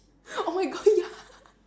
oh my god ya